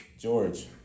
george